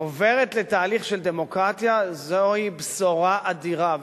עוברת לתהליך של דמוקרטיה, זו בשורה אדירה.